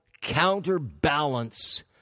counterbalance